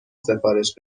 سفارش